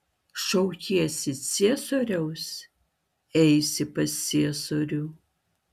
šaukiesi ciesoriaus eisi pas ciesorių